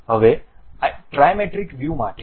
હવે trimetric view માટે